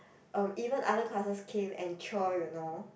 um even other classes came and cheer you know